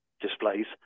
displays